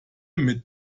mit